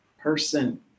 person